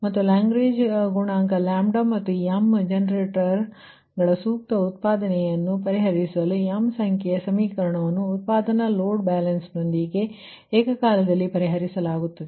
ಮತ್ತು ಲಾಗ್ರೇಂಜ್ ಗುಣಕ ಮತ್ತು m ಜನರೇಟರ್ಗಳ ಸೂಕ್ತ ಉತ್ಪಾಧನೆಯನ್ನು ಪರಿಹಾರಿಸಲು m ಸಂಖ್ಯೆಯ ಸಮೀಕರಣವನ್ನು ಉತ್ಪಾಧನ ಲೋಡ್ ಬ್ಯಾಲೆನ್ಸ್ನೊಂದಿಗೆ ಏಕಕಾಲದಲ್ಲಿ ಪರಿಹರಿಸಲಾಗುತ್ತದೆ